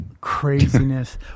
craziness